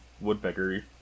woodpecker